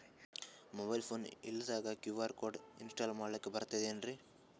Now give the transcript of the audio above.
Mobile phone ಇಲ್ದಂಗ QR code install ಮಾಡ್ಲಕ ಬರ್ತದೇನ್ರಿ?